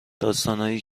داستانهایی